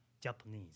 Japanese